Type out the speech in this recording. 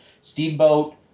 Steamboat